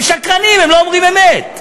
הם שקרנים, הם לא אומרים אמת.